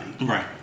Right